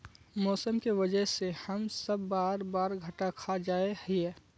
मौसम के वजह से हम सब बार बार घटा खा जाए हीये?